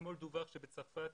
אתמול דווח על כך שבצרפת